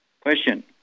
question